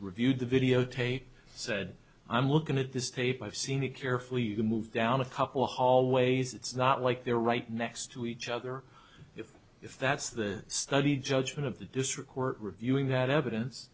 review the videotape said i'm looking at this tape i've seen it carefully you can move down a couple hallways it's not like they're right next to each other if that's the study judgment of the district court reviewing that evidence